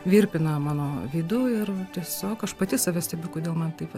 virpina mano vidų ir tiesiog aš pati save stebiu kodėl man taip